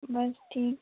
बस ठीक